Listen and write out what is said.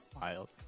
Wild